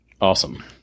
awesome